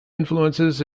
influences